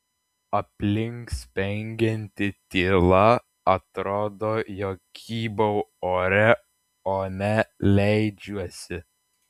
aplink spengianti tyla atrodo jog kybau ore o ne leidžiuosi